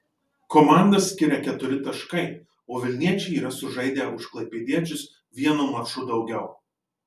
komandas skiria keturi taškai o vilniečiai yra sužaidę už klaipėdiečius vienu maču daugiau